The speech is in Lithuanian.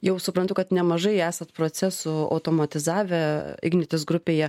jau suprantu kad nemažai esat procesų automatizavę ignitis grupėje